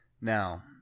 Now